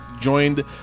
joined